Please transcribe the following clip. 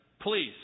please